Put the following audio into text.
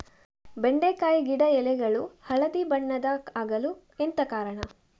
ಬೆಂಡೆಕಾಯಿ ಗಿಡ ಎಲೆಗಳು ಹಳದಿ ಬಣ್ಣದ ಆಗಲು ಎಂತ ಕಾರಣ?